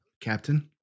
Captain